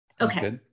Okay